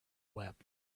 wept